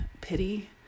pity